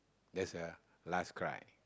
that's a last cry